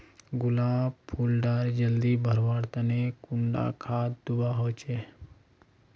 गुलाब फुल डा जल्दी बढ़वा तने कुंडा खाद दूवा होछै?